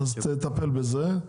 תטפל בזה.